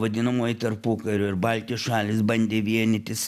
vadinamoji tarpukario ir baltijos šalys bandė vienytis